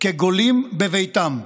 כגולים בביתם.